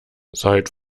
seid